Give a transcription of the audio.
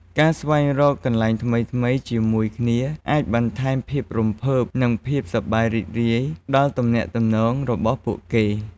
ការស្វែងរកកន្លែងថ្មីៗជាមួយគ្នាអាចបន្ថែមភាពរំភើប និងភាពសប្បាយរីករាយដល់ទំនាក់ទំនងរបស់ពួកគេ។